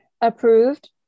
Approved